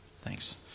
Thanks